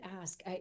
ask